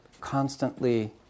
constantly